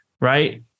right